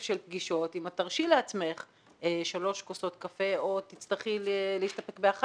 תרשי לעצמך שלוש כוסות קפה או תצטרכו להסתפק בכוס